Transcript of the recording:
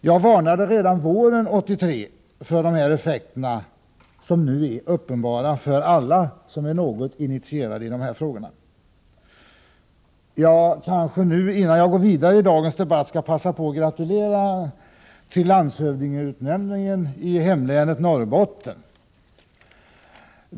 Jag varnade redan våren 1983 för de effekter som nu är uppenbara för alla som är något initierade i dessa frågor. Innan jag går vidare i dagens debatt kanske jag skall passa på att gratulera till landshövdingeutnämningen i kommunikationsministerns hemlän Norrbotten.